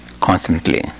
constantly